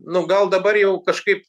nu gal dabar jau kažkaip